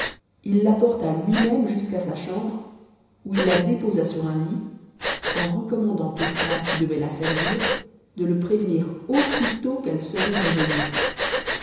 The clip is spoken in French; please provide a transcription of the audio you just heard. il la porta lui-même jusqu'à sa chambre où il la déposa sur un lit en recommandant aux femmes qui devaient la servir de le prévenir aussitôt qu'elle serait réveillée